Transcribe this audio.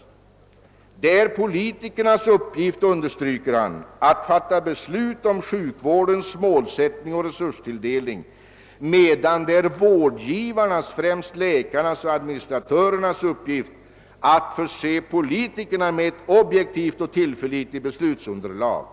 Han understryker att det är politikernas uppgift att fatta beslut om sjukvårdens målsättning och resurstilldelning, medan det är vårdgivarnas, främst läkarnas och administratörernas, uppgift att förse politikerna med ett objektivt och tillförlitligt beslutsunderlag.